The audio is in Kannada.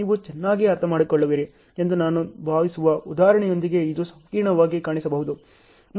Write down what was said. ನೀವು ಚೆನ್ನಾಗಿ ಅರ್ಥಮಾಡಿಕೊಳ್ಳುವಿರಿ ಎಂದು ನಾನು ಭಾವಿಸುವ ಉದಾಹರಣೆಯೊಂದಿಗೆ ಇದು ಸಂಕೀರ್ಣವಾಗಿ ಕಾಣಿಸಬಹುದು